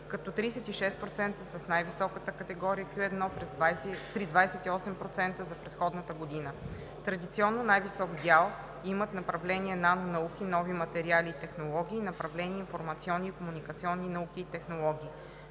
като 36% са в най-високата категория Q1 при 28% за предходната година. Традиционно най-висок дял имат направление „Нанонауки, нови материали и технологии“ и направление „Информационни и комуникационни науки и технологии“.